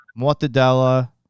mortadella